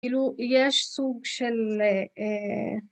‫יש סוג של...